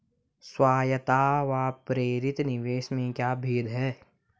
स्वायत्त व प्रेरित निवेश में क्या भेद है?